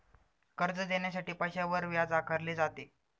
कर्ज देण्यासाठी पैशावर व्याज आकारले जाते